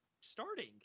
Starting